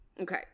Okay